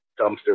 dumpster